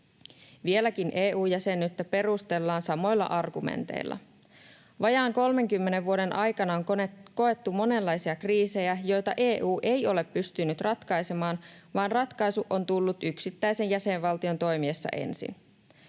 Vieläkin EU-jäsenyyttä perustellaan samoilla argumenteilla. Vajaan 30 vuoden aikana on koettu monenlaisia kriisejä, joita EU ei ole pystynyt ratkaisemaan, vaan ratkaisu on tullut yksittäisen jäsenvaltion toimiessa ensin.